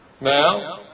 Now